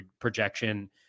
projection